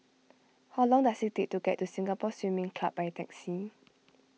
how long does it take to get to Singapore Swimming Club by taxi